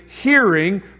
hearing